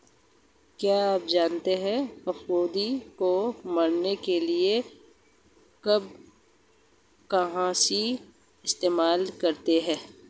क्या आप जानते है फफूंदी को मरने के लिए कवकनाशी इस्तेमाल करते है?